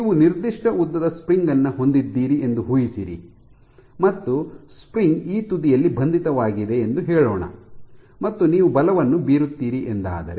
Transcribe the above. ನೀವು ನಿರ್ದಿಷ್ಟ ಉದ್ದದ ಸ್ಪ್ರಿಂಗ್ ಅನ್ನು ಹೊಂದಿದ್ದೀರಿ ಎಂದು ಊಹಿಸಿರಿ ಮತ್ತು ಸ್ಪ್ರಿಂಗ್ ಈ ತುದಿಯಲ್ಲಿ ಬಂಧಿತವಾಗಿದೆ ಎಂದು ಹೇಳೋಣ ಮತ್ತು ನೀವು ಬಲವನ್ನು ಬೀರುತ್ತೀರಿ ಎಂದಾದರೆ